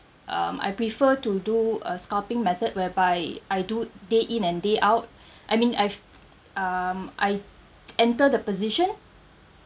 um I prefer to do a scalping method whereby I do day in and day out I mean I've um I enter the position